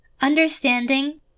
understanding